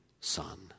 son